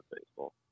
baseball